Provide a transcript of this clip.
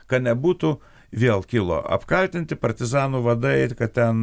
kad nebūtų vėl kilo apkaltinti partizanų vadai kad ten